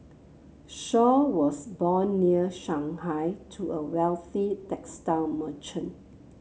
Shaw was born near Shanghai to a wealthy textile merchant